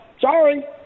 Sorry